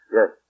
Yes